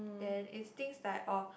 then it's things like uh